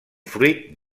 fruit